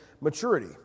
maturity